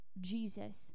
jesus